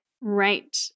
Right